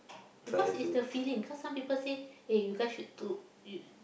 because it's the feeling cause some people say eh you guys should to you